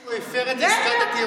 את אומרת שהוא הפר את עסקת הטיעון,